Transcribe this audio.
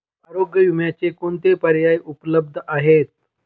आरोग्य विम्याचे कोणते पर्याय उपलब्ध आहेत?